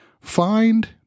find